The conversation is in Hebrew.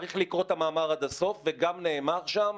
צריך לקרוא את המאמר עד הסוף וגם נאמר שם